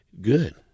Good